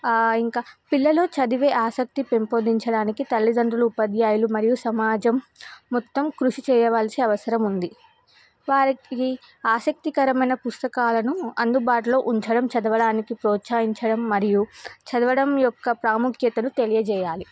ఇంకా పిల్లలు చదివే ఆసక్తి పెంపొదించడానికి తల్లిదండ్రులు ఉపాద్యాయులు మరియు సమాజం మొత్తం కృషి చేయవలసి అవసరం ఉంది వారికి ఆసక్తికరమైన పుస్తకాలను అందుబాటులో ఉంచడం చదవడానికి ప్రోత్సహించడం మరియు చదవడం యొక్క ప్రాముఖ్యతను తెలియజేయాలి